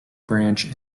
branch